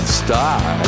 star